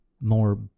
More